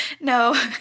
No